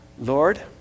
Lord